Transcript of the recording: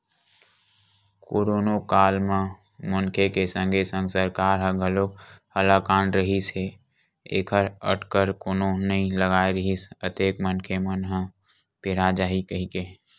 करोनो काल म मनखे के संगे संग सरकार ह घलोक हलाकान रिहिस हे ऐखर अटकर कोनो नइ लगाय रिहिस अतेक मनखे मन ह पेरा जाही कहिके